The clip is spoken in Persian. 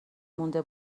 مونده